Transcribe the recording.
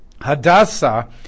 Hadassah